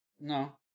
No